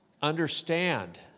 Understand